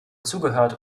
zugehört